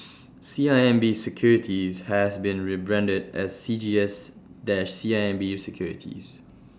C I M B securities has been rebranded as C G S dot C I M B securities